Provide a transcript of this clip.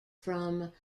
from